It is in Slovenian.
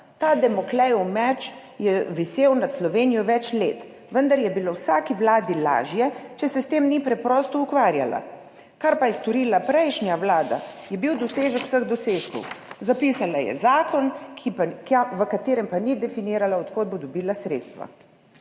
Ta Damoklejev meč je visel na Slovenijo več let, vendar je bilo vsaki vladi lažje, če se s tem preprosto ni ukvarjala. Kar pa je storila prejšnja vlada, je bil dosežek vseh dosežkov, zapisala je zakon, v katerem pa ni definirala, od kod bo dobila sredstva.